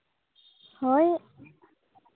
ᱦᱳᱭ